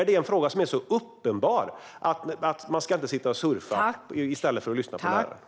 Det är ju så uppenbart att man inte ska sitta och surfa i stället för att lyssna på läraren.